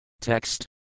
Text